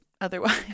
otherwise